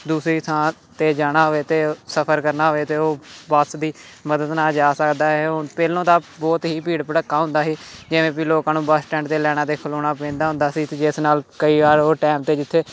ਦੂਸਰੀ ਥਾਂ 'ਤੇ ਜਾਣਾ ਹੋਵੇ ਅਤੇ ਸਫਰ ਕਰਨਾ ਹੋਵੇ ਤਾਂ ਉਹ ਬੱਸ ਦੀ ਮਦਦ ਨਾਲ ਜਾ ਸਕਦਾ ਹੈ ਉਹ ਪਹਿਲਾਂ ਤਾਂ ਬਹੁਤ ਹੀ ਭੀੜ ਭੜੱਕਾ ਹੁੰਦਾ ਸੀ ਜਿਵੇਂ ਵੀ ਲੋਕਾਂ ਨੂੰ ਬੱਸ ਸਟੈਂਡ 'ਤੇ ਲੈਣਾ 'ਤੇ ਖਲੋਣਾ ਪੈਂਦਾ ਹੁੰਦਾ ਸੀ ਅਤੇ ਜਿਸ ਨਾਲ ਕਈ ਵਾਰ ਉਹ ਟਾਈਮ 'ਤੇ ਜਿੱਥੇ